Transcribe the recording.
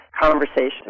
conversation